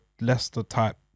Leicester-type